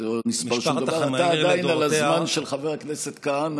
אתה עדיין על הזמן של חבר הכנסת כהנא,